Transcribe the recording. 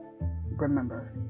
Remember